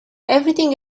everything